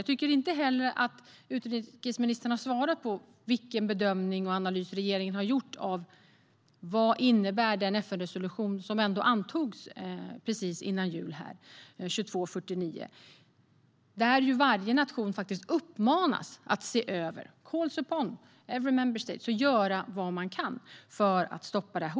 Jag tycker inte heller att utrikesministern har svarat på frågan vilken bedömning och analys regeringen har gjort av vad FN-resolution 2249, som antogs precis före jul, innebär. I den uppmanas ju faktiskt varje nation att se över detta - det står att man "calls upon Member States" att göra vad de kan för att stoppa hotet.